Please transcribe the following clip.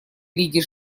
лиги